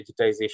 digitization